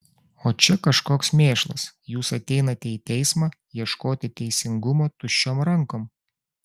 o čia kažkoks mėšlas jūs ateinate į teismą ieškoti teisingumo tuščiom rankom